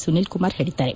ಸುನೀಲ್ ಕುಮಾರ್ ಹೇಳಿದ್ದಾರೆ